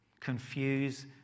confuse